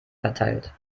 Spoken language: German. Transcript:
verteilt